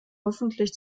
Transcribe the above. öffentlich